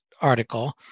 article